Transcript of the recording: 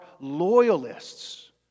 loyalists